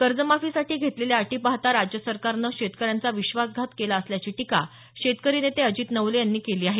कर्जमाफीसाठी घातलेल्या अटी पाहता राज्य सरकारनं शेतकऱ्यांचा विश्वासघात केला असल्याची टीका शेतकरी नेते अजित नवले यांनी केली आहे